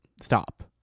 stop